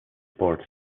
sports